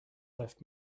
left